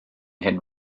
hyn